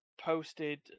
posted